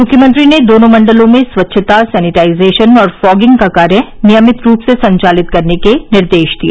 मुख्यमंत्री ने दोनों मण्डलो में स्वच्छता सैनिटाइजेशन और फॉगिंग का कार्य नियमित रूप से संचालित करने के निर्देश दिए